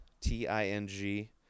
T-I-N-G